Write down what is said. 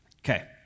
Okay